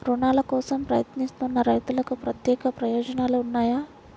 రుణాల కోసం ప్రయత్నిస్తున్న రైతులకు ప్రత్యేక ప్రయోజనాలు ఉన్నాయా?